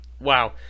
wow